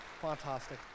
Fantastic